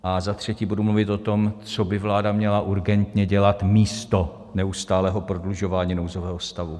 A za třetí budu mluvit o tom, co by vláda měla urgentně dělat místo neustálého prodlužování nouzového stavu.